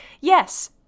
yes